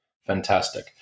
fantastic